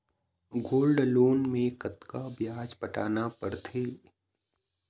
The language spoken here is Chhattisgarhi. गोल्ड लोन मे कतका ब्याज पटाना पड़थे?